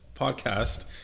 Podcast